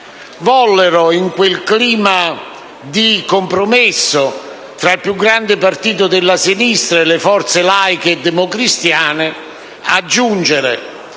vollero, in quel clima di compromesso tra il più grande partito della sinistra e le forze laiche e democristiane, aggiungere: